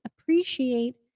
appreciate